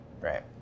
Right